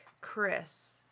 Chris